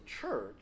church